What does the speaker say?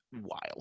wild